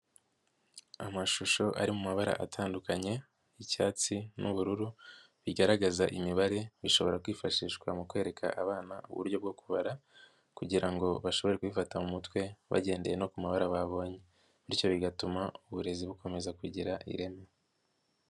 Amashusho ari mu mabara atandukanye y'icyatsi n'ubururu bigaragaza imibare, bishobora kwifashishwa mu kwereka abana uburyo bwo kubara kugira ngo bashobore kubifata mu mutwe bagendeye no ku mabara babonye bityo bigatuma uburezi bukomeza kugira ireme.